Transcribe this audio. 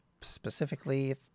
specifically